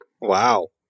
Wow